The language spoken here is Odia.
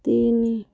ତିନି